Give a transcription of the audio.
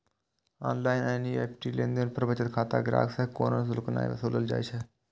online NEFT लेनदेन पर बचत खाता ग्राहक सं कोनो शुल्क नै वसूलल जाइ छै